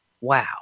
Wow